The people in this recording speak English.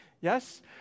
Yes